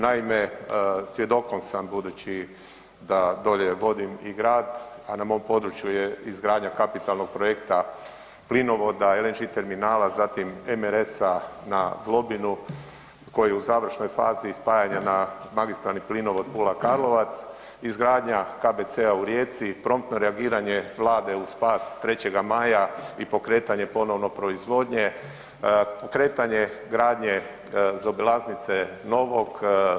Naime, svjedokom sam budući da dolje vodim i grad, a na mom području je izgradnja kapitalnog projekta plinovoda, LNG terminala, zatim MRS-a na Zlobinu koji je u završnoj fazi i spajanje na magistralni plinovod Pula-Karlovac, izgradnja KBC-a u Rijeci i promptno reagiranje vlade u spas 3. Maja i pokretanje ponovno proizvodnje, kretanje gradnje zaobilaznice Novog.